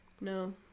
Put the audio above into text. no